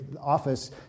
office